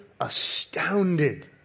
astounded